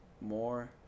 more